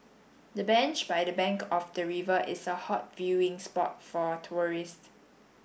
the bench by the bank of the river is a hot viewing spot for tourists